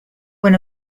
when